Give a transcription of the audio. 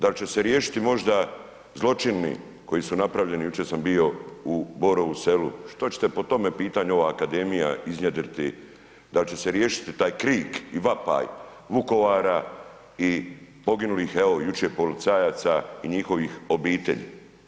Da li će se riješiti možda zločini koji su napravljeni, jučer sam bio u Borovu Selu, što ćete po tom pitanju ova akademija iznjedriti, da li će se riješiti taj krik i vapaj Vukovara i poginulih evo jučer policajaca i njihovih obitelji?